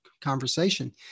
conversation